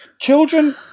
Children